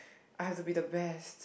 I have to be the best